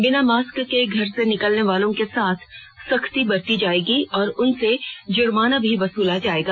बिना मास्क के घर से निकलने वालों के साथ सख्ती बरती जायेगी और उनसे जुर्माना भी वसूला जायेगा